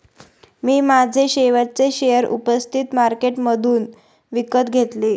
मी माझे शेवटचे शेअर उपस्थित मार्केटमधून विकत घेतले